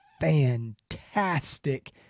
fantastic